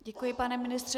Děkuji, pane ministře.